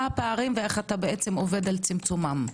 לא התכוננתי